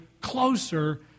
closer